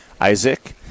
Isaac